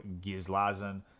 Gizlazen